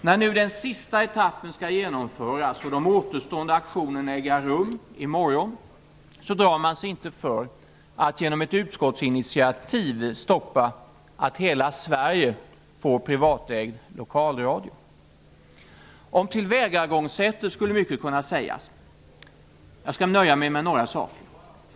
När nu den sista etappen skall genomföras och de återstående auktionerna äga rum i morgon, drar man sig inte för att genom ett utskottsinitiativ stoppa att hela Sverige får privatägd lokalradio. Om tillvägagångssättet skulle mycket kunna sägas. Jag skall nöja mig med några saker.